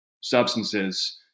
substances